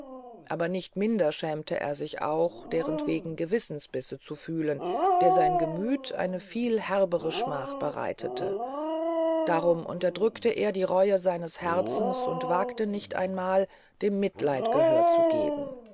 aber nicht minder schämte er sich auch derentwegen gewissensbisse zu fühlen der sein gemüth eine viel herbere schmach bereitete darum unterdrückte er die reue seines herzens und wagte nicht einmal dem mitleid gehör zu geben